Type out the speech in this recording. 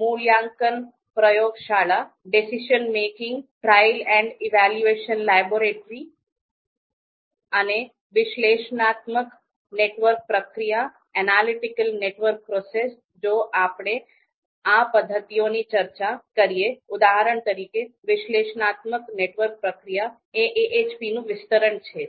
મૂલ્યાંકન પ્રયોગશાળા decision making trail and evaluation laboratory DEMATEL Decision Making trailand Evaluation Laboratory અને વિશ્લેષણાત્મક નેટવર્ક પ્રક્રિયા analytic network process ANP Analytic Network Process જો આપણે આ પદ્ધતિઓની ચર્ચા કરીએ ઉદાહરણ તરીકે વિશ્લેષણાત્મક નેટવર્ક પ્રક્રિયા analytic network process ANP Analytic Network Process એ AHP નું વિસ્તરણ છે